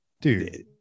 dude